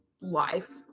life